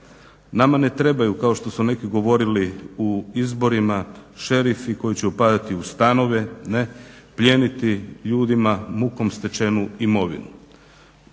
Nama ne trebaju kao što su neki govorili u izborima šerfi koji će upadati ustanove, plijeniti ljudima mukom stečenu imovinu.